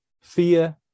fear